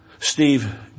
Steve